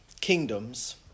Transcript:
kingdoms